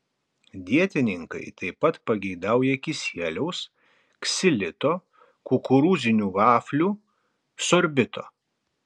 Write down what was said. dietininkai taip pat pageidauja kisieliaus ksilito kukurūzinių vaflių sorbito